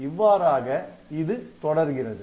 இவ்வாறாக இது தொடர்கிறது